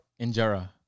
Injera